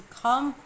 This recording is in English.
come